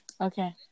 Okay